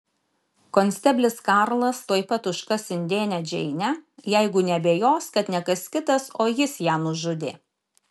konsteblis karlas tuoj pat užkas indėnę džeinę jeigu neabejos kad ne kas kitas o jis ją nužudė